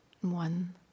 One